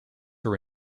are